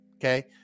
Okay